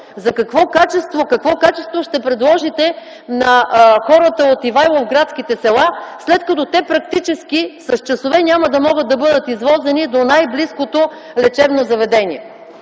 Какво качество ще предложите на хората от ивайловградските села, след като те практически с часове няма да могат да бъдат извозени до най-близкото лечебно заведение?